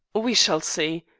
we shall see.